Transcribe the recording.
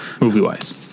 movie-wise